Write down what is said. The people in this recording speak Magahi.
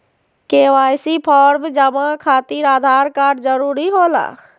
के.वाई.सी फॉर्म जमा खातिर आधार कार्ड जरूरी होला?